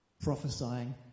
Prophesying